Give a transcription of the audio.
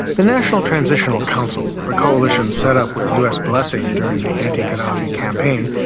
the national transitional council, the coalition set up with us blessing during the anti-gaddafi campaign,